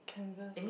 canvas